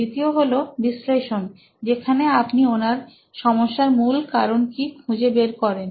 দ্বিতীয় হলো বিশ্লেষণ যেখানে আপনি ওনার সমস্যার মূল কারণ কি খুঁজে বের করেন